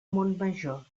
montmajor